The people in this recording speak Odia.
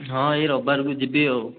ହଁ ଏହି ରବିବାରକୁ ଯିବି ଆଉ